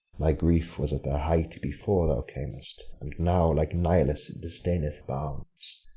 my grief was at the height before thou cam'st, and now like nilus it disdaineth bounds.